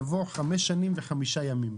יבוא חמש שנים וחמישה ימים.